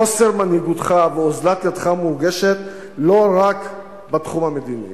חוסר מנהיגותך ואוזלת ידך מורגשת לא רק בגזרה המדינית.